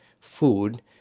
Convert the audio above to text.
food